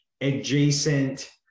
adjacent